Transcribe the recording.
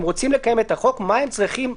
הם רוצים לקיים את החוק מה צריכה